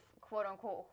quote-unquote